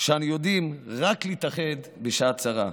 שאנו יודעים להתאחד רק בשעת צרה.